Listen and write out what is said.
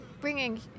bringing